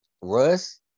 Russ